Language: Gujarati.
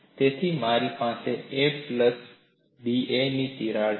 તેથી મારી પાસે a પ્લસ da ની તિરાડ છે